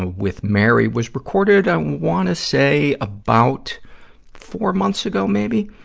with mary was recorded, i wanna say about four months ago maybe?